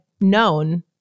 known